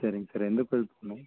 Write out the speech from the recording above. சரிங் சார் எந்த கோவில்க்கு போகணும்